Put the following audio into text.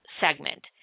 segment